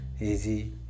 easy